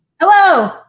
Hello